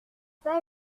pas